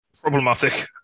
problematic